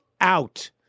out